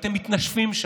ואתם מתנשפים שם.